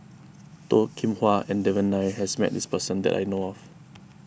Toh Kim Hwa and Devan Nair has met this person that I know of